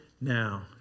now